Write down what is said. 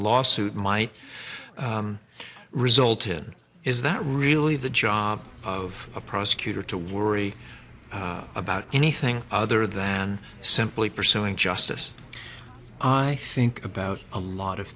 lawsuit might result in is that really the job of a prosecutor to worry about anything other than simply pursuing justice i think about a lot of